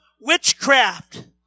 witchcraft